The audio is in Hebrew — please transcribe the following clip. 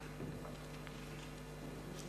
חברי הכנסת,